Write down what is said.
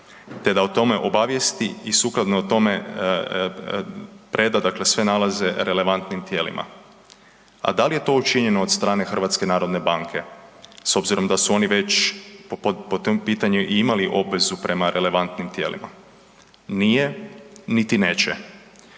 te da o tome obavijesti i sukladno o tome preda dakle sve nalaze relevantnim tijelima. A da li je to učinjeno od strane HNB-a s obzirom da su oni već po tom pitanju i imali obvezu prema relevantnim tijelima? Nije niti neće.